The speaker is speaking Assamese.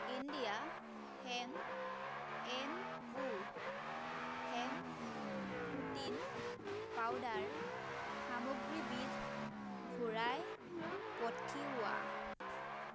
India hand and co hand protein powder সামগ্ৰীবিধ ঘূৰাই পঠিওৱা